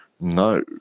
No